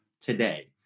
today